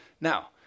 now